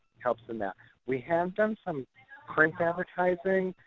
helps in that. we have done some print advertising.